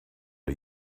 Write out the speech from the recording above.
are